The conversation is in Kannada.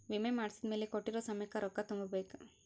ವಿಮೆ ಮಾಡ್ಸಿದ್ಮೆಲೆ ಕೋಟ್ಟಿರೊ ಸಮಯಕ್ ರೊಕ್ಕ ತುಂಬ ಬೇಕ್